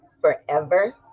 forever